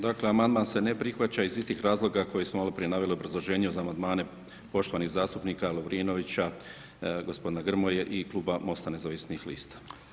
Dakle, amandman se ne prihvaća iz istih razloga koje smo maloprije naveli u obrazloženju uz amandmane poštovanih zastupnika Lovrinovića, g. Grmoje i Kluba MOST-a nezavisnih lista.